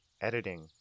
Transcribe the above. editing